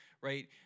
right